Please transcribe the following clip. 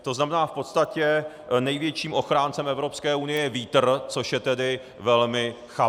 To znamená, v podstatě největším ochráncem Evropské unie je vítr, což je tedy velmi chabé.